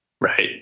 Right